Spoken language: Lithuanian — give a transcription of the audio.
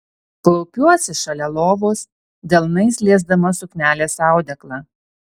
klaupiuosi šalia lovos delnais liesdama suknelės audeklą